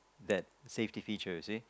that safety feature you see